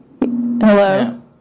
Hello